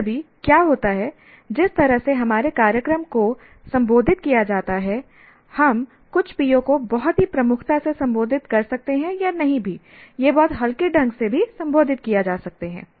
कभी कभी क्या होता है जिस तरह से हमारे कार्यक्रम को संबोधित किया जाता है हम कुछ PO को बहुत ही प्रमुखता से संबोधित कर सकते हैं या नहीं यह बहुत हल्के ढंग से संबोधित किया जा सकता है